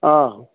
অঁ